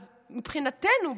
אז מבחינתנו,